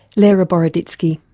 lera boroditsky.